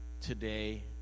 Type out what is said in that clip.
today